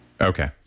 Okay